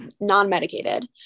non-medicated